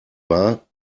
war